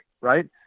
Right